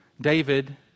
David